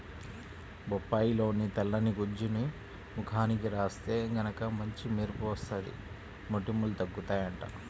బొప్పాయిలోని తెల్లని గుజ్జుని ముఖానికి రాత్తే గనక మంచి మెరుపు వత్తది, మొటిమలూ తగ్గుతయ్యంట